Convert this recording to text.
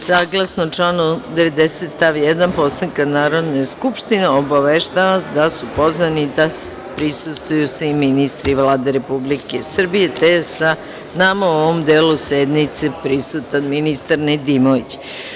Saglasno članu 90. stav 1. Poslovnika Narodne skupštine, obaveštavam vas da su pozvani svi ministri Vlade Republike Srbije, te sa nama je u ovom delu sednice prisutan ministar Nedimović.